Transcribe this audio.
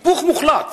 היפוך מוחלט.